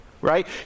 right